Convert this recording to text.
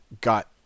got